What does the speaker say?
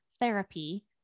therapy